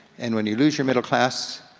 and when you lose your middle class,